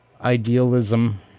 idealism